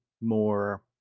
more